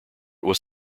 was